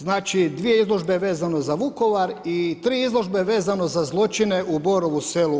Znači, dvije izložbe vezano za Vukovar i tri izložbe vezano za zločine u Borovu Selu.